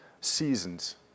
seasons